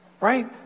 right